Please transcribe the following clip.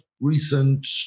recent